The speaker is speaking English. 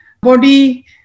body